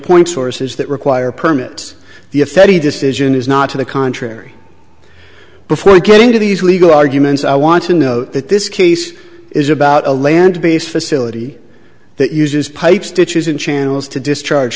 point sources that require permits the if any decision is not to the contrary before we get into these legal arguments i want to note that this case is about a land based facility that uses pipes to choosing channels to discharge